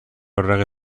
errege